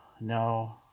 No